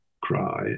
cry